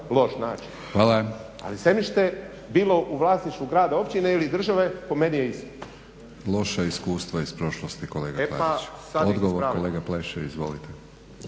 Hvala.